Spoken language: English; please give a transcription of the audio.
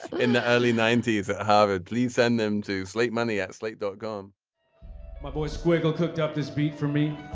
in the early ninety s at harvard please send them to slate money at slate don't go um my boy squiggle cooked up this beat for me.